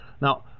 Now